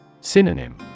Synonym